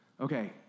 Okay